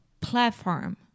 Platform